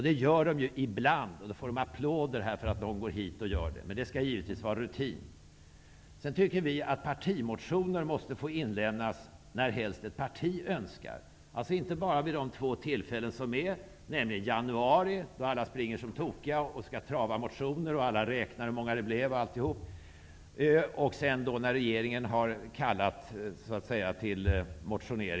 Det gör man ibland, och får då applåder för det; men det skall givetvis vara rutin. Vi tycker att partimotioner skall få lämnas in när helst ett parti önskar, och inte bara vid den allmänna motionstiden i januari -- då alla springer som tokiga med sina motioner och räknar hur många de är -- och med anledning av regeringens propositioner.